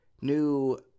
new